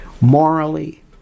morally